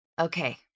Okay